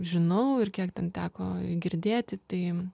žinau ir kiek ten teko girdėti tai